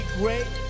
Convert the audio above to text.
great